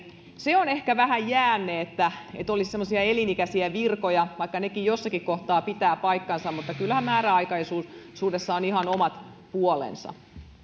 se on ehkä vähän jäänne että olisi semmoisia elinikäisiä virkoja vaikka nekin jossakin kohtaa pitävät paikkansa mutta kyllähän määräaikaisuudessa on ihan omat puolensa